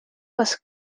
was